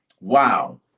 Wow